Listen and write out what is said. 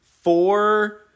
four